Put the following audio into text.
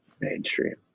Mainstream